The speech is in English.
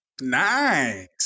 nice